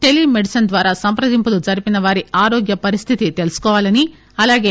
tele medicine ద్వారా సంప్రదింపులు జరిపిన వారి ఆరోగ్య పరిస్థితిని తెలుసుకోవాలని అలాగే